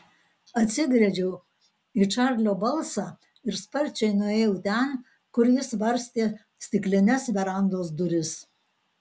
atsigręžiau į čarlio balsą ir sparčiai nuėjau ten kur jis varstė stiklines verandos duris